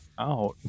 out